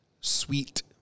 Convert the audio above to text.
Sweet